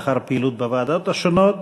לאחר פעילות בוועדות השונות: